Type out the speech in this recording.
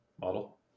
model